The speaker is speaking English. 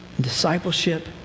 discipleship